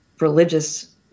religious